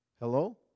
Hello